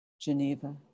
Geneva